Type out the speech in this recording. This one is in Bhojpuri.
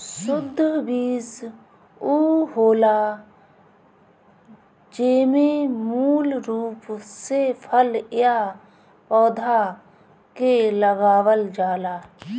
शुद्ध बीज उ होला जेमे मूल रूप से फल या पौधा के लगावल जाला